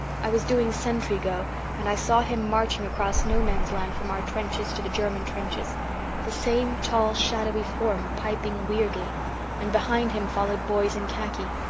i was doing sentry-go and i saw him marching across no-man's-land from our trenches to the german trenches the same tall shadowy form, piping weirdly and behind him followed boys in khaki.